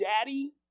Daddy